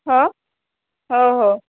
हो हो हो